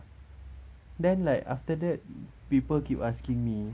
then like after that people keep asking me